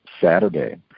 Saturday